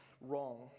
wrong